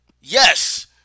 Yes